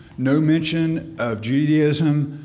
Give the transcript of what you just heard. no mention of judaism,